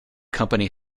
company